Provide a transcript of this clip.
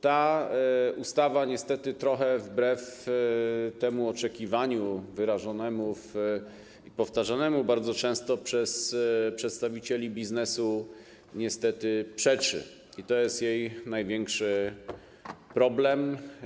Ta ustawa niestety trochę wbrew temu oczekiwaniu wyrażonemu i powtarzanemu bardzo często przez przedstawicieli biznesu niestety przeczy i to jest jej największy problem.